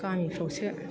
गामिफ्रावसो